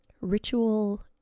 ritual